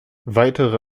weitere